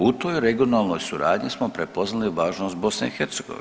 U toj regionalnoj suradnji smo prepoznali važnost BiH.